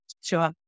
Sure